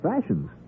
fashions